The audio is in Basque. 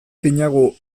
dinagu